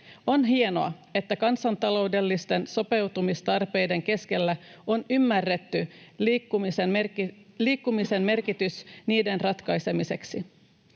On hienoa, että kansantaloudellisten sopeutumistarpeiden keskellä on ymmärretty liikkumisen merkitys niiden ratkaisemiseksi.